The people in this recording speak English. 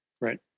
Right